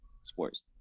sports